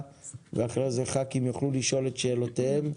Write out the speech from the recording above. ואחרי זה ח"כים יוכלו לשאול את שאלותיהם.